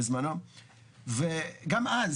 בזמנו וגם אז,